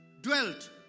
dwelt